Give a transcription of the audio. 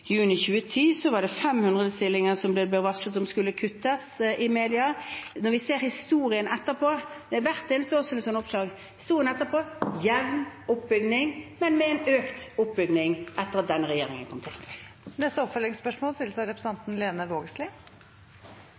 juni 2010 ble det i media varslet om 500 stillinger som skulle kuttes. Hvert år er det sånne oppslag. Når vi ser historien etterpå, er det en jevn oppbygging – men med en økt oppbygging etter at denne regjeringen kom til makten. Lene Vågslid – til oppfølgingsspørsmål.